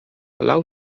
lał